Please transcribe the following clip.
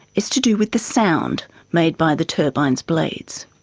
it's to do with the sound made by the turbines' blades.